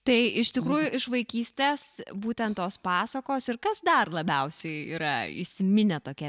tai iš tikrųjų iš vaikystės būtent tos pasakos ir kas dar labiausiai yra įsiminę tokie